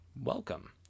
welcome